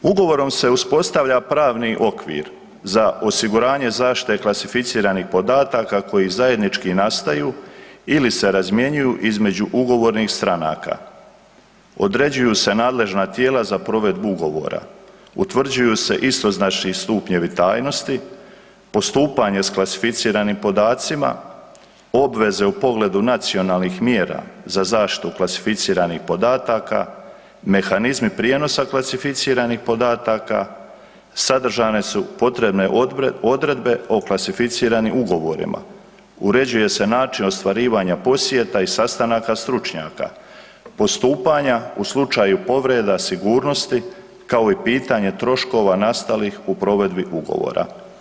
Ugovorom se uspostavlja pravni okvir za osiguranje zaštite klasificiranih podataka koji zajednički nastaju ili se razmjenjuju između ugovornih stranka, određuju se nadležna tijela za provedbu ugovora, utvrđuju se istoznačni stupnjevi tajnosti, postupanje s klasificiranim podacima, obveze u pogledu nacionalnih mjera za zaštitu klasificiranih podataka, mehanizmi prijenosa klasificiranih podataka, sadržane su potrebne odredbe o klasificiranim ugovorima, uređuje se način ostvarivanja posjeta i sastanaka stručnjaka, postupanja u slučaju povreda sigurnosti kao i pitanja troškova nastalih u provedbi ugovora.